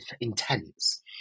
intense